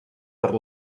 per